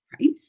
Right